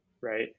right